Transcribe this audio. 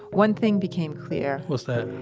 one thing became clear what's that?